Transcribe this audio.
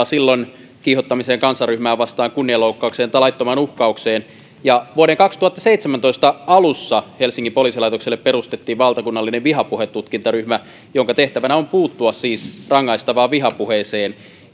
silloin kiihottamiseen kansanryhmää vastaan kunnianloukkaukseen tai laittomaan uhkaukseen vuoden kaksituhattaseitsemäntoista alussa helsingin poliisilaitokselle perustettiin valtakunnallinen vihapuhetutkintaryhmä jonka tehtävänä on puuttua siis rangaistavaan vihapuheeseen